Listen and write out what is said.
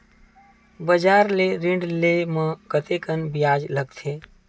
बजार ले ऋण ले म कतेकन ब्याज लगथे?